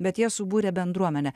bet jie subūrė bendruomenę